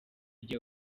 gihe